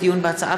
הופכת להיות הצעה